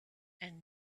and